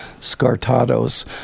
Scartados